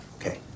Okay